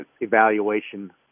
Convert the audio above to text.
evaluation